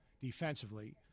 defensively